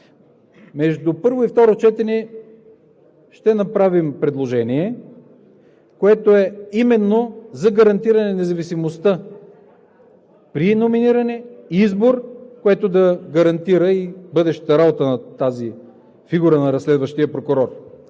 Между първо и второ четене ще направим предложение, което е именно за гарантиране независимостта при номиниране, избор, което да гарантира и бъдещата работа на тази фигура на разследващия прокурор.